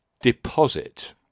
deposit